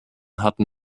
hatten